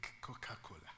Coca-Cola